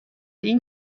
این